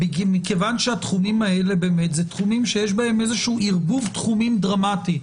התחומים האלה יש בהם ערבוב תחומים דרמטי.